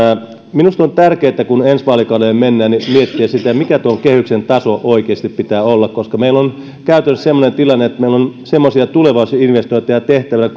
minusta on tärkeätä kun ensi vaalikaudelle mennään miettiä sitä mikä tuon kehyksen tason oikeasti pitää olla koska meillä on käytännössä semmoinen tilanne että meillä on semmoisia tulevaisuusinvestointeja tehtävänä tieteen ja